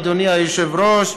אדוני היושב-ראש,